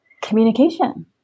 communication